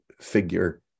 figure